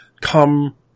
come